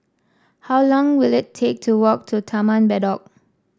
how long will it take to walk to Taman Bedok